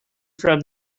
from